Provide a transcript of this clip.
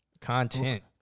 content